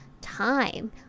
time